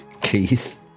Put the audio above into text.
Keith